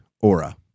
Aura